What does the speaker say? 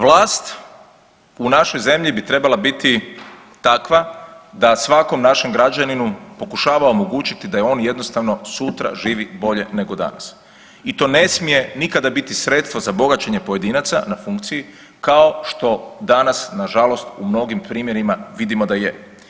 Vlast u našoj zemlji bi trebala biti takva da svakom našem građaninu pokušava omogućiti da on jednostavno sutra živi bolje nego danas i to ne smije nikada biti sredstvo za bogaćenje pojedinaca na funkciji kao što danas na žalost u mnogim primjerima vidimo da je.